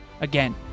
Again